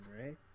right